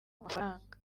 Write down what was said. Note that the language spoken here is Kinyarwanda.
amafaranga